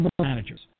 managers